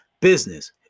business